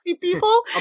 people